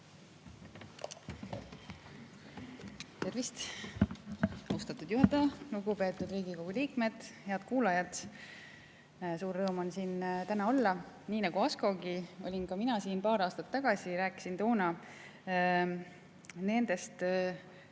Tervist, austatud juhataja! Lugupeetud Riigikogu liikmed! Head kuulajad! Suur rõõm on siin täna olla. Nii nagu Askogi, olin ka mina siin paar aastat tagasi ja rääkisin toona nendest